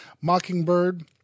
Mockingbird